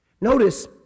Notice